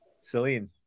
Celine